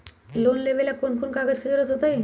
Loan लेवेला कौन कौन कागज के जरूरत होतई?